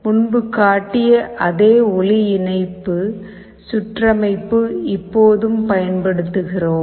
முன்பு காட்டிய அதே ஒளி இணைப்பு சுற்றமைப்பை இப்போது பயன்படுத்துகிறோம்